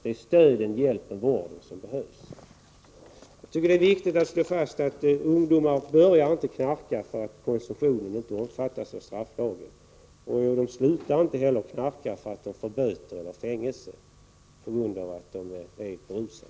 Det är stödet, hjälpen, vården som behövs. Jag tycker att det är viktigt att slå fast att ungdomar inte börjar knarka därför att konsumtionen inte omfattas av strafflagen. De slutar inte heller knarka för att de får böter eller fängelse på grund av att de är berusade.